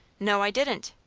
no, i didn't.